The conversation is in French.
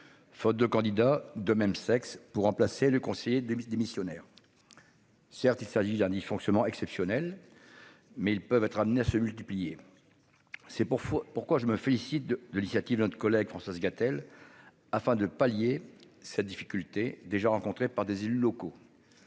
Faute de candidats de même sexe pour remplacer le conseiller du ministre démissionnaire. Certes, il s'agit d'un dysfonctionnement exceptionnel. Mais ils peuvent être amenés à se multiplier. C'est pour pourquoi je me félicite de l'initiative, notre collègue Françoise Gatel afin de pallier ces difficultés déjà rencontrées par des élus locaux.